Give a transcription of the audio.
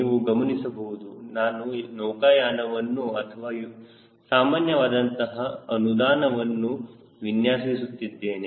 ನೀವು ಗಮನಿಸಬಹುದು ನಾನು ನೌಕಾಯಾನ ವನ್ನು ಅಥವಾ ಸಾಮಾನ್ಯವಾದಂತಹ ಅನುದಾನವನ್ನು ವಿನ್ಯಾಸಸುತ್ತಿದ್ದೇನೆ